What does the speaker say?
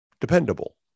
dependable